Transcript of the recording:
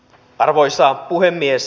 arvoisa puhemies